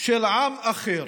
של עם אחר